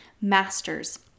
masters